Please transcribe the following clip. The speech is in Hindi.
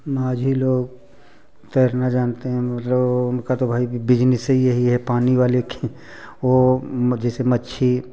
माझी लोग तैरना जानते हैं उनलो उनका तो भाई बिजनेसे यही है पानी वाले वो जैसे मच्छी